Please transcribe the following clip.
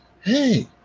Hey